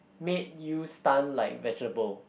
made you stun like vegetable